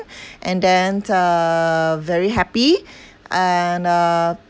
and then uh very happy and uh